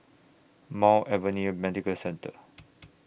Mount Alvernia Medical Centre